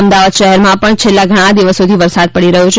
અમદાવાદ શહેરમાં પણ છેલ્લા ઘણા દિવસોથી વરસાદ પડી રહ્યો છે